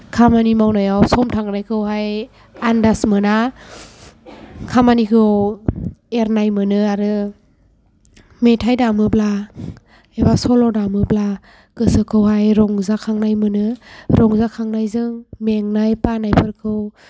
खामानि मावनायाव सम थांनायखौहाय आन्दास मोना खामानिखौ एरनाय मोनो आरो मेथाइ दामोब्ला एबा सल' दामोब्ला गोसोखौहाय रंजाखांनाय मोनो रंजाखांनायजों मेंनाय बानायफोरखौ